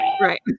Right